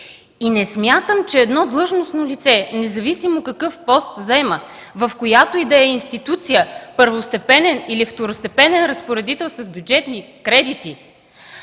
Не смятам, че едно длъжностно лице – независимо какъв пост заема, в която и да е институция, първостепенен или второстепенен разпоредил с бюджетни кредити,